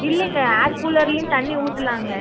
இல்லைங்க ஏர் கூலர்லையும் தண்ணி ஊற்றலாங்க